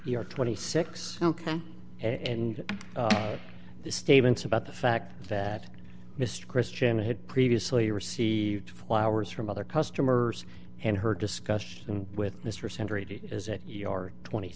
your twenty six ok and the statements about the fact that mr christian had previously received flowers from other customers and her discussion with mr center is a yard twenty